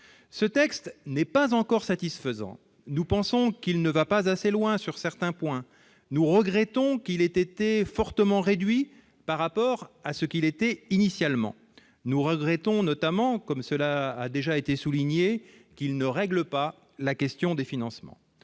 Ce texte n'est pas encore satisfaisant : nous pensons qu'il ne va pas assez loin sur certains points et nous regrettons qu'il ait été fortement réduit par rapport à ce qu'il était initialement. Nous regrettons notamment, comme cela a déjà été souligné, qu'il ne règle pas la question des financements.